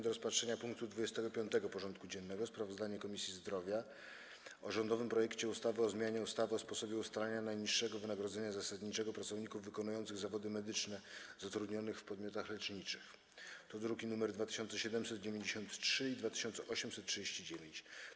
do rozpatrzenia punktu 25. porządku dziennego: Sprawozdanie Komisji Zdrowia o rządowym projekcie ustawy o zmianie ustawy o sposobie ustalania najniższego wynagrodzenia zasadniczego pracowników wykonujących zawody medyczne zatrudnionych w podmiotach leczniczych (druki nr 2793 i 2839)